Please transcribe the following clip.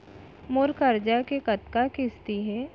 मोर करजा के कतका किस्ती हे?